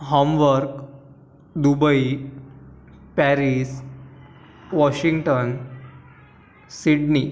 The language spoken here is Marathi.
homework Dubai Paris Washington Sydney